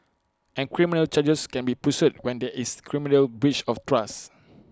and criminal charges can be pursued when there is criminal breach of trust